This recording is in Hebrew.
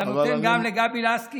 נותן גם לגבי לסקי,